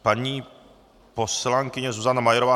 Paní poslankyně Zuzana Majerová